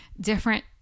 different